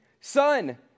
Son